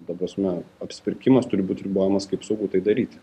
ta prasme apsipirkimas turi būti ribojamas kaip saugu tai daryti